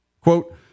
Quote